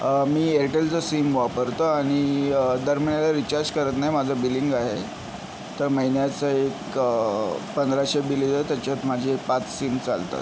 मी एअरटेलचं सिम वापरतो आणि दर महिन्याला रिचार्ज करत नाही माझं बिलिंग आहे तर महिन्याचं एक पंधराशे बिल येत त्याच्यात माझे पाच सिम चालतात